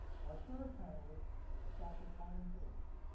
our third panelist is dr colin phillips.